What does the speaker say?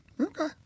Okay